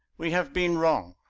we have been wrong.